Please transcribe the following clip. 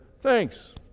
thanks